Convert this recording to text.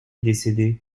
décédées